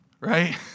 right